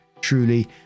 Truly